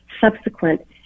subsequent